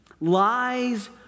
lies